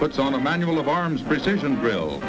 puts on a manual of arms precision drill